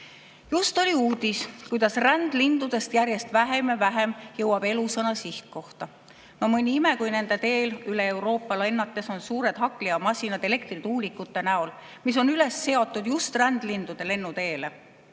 Just tuli uudis, kuidas rändlindudest järjest vähem ja vähem jõuab elusana sihtkohta. Mõni ime, kui nende teel üle Euroopa lennates on suured hakklihamasinad elektrituulikute näol, mis on üles seatud just rändlindude lennuteele!